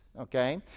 Okay